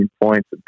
points